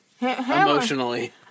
Emotionally